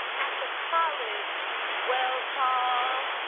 at the college, weld hall,